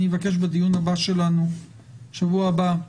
אני אבקש בדיון הבא שלנו שבוע הבא,